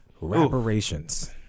Reparations